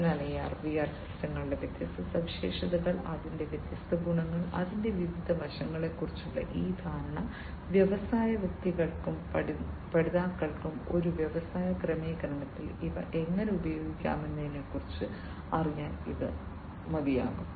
അതിനാൽ AR VR സിസ്റ്റങ്ങളുടെ വ്യത്യസ്ത സവിശേഷതകൾ അതിന്റെ വ്യത്യസ്ത ഗുണങ്ങൾ അതിന്റെ വിവിധ വശങ്ങളെക്കുറിച്ചുള്ള ഈ ധാരണ വ്യവസായ വ്യക്തികൾക്കും പഠിതാക്കൾക്കും ഒരു വ്യവസായ ക്രമീകരണത്തിൽ ഇവ എങ്ങനെ ഉപയോഗിക്കാമെന്നതിനെക്കുറിച്ച് അറിയാൻ ഇത് മതിയാകും